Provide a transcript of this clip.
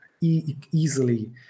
easily